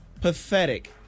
pathetic